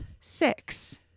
Six